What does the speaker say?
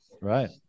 Right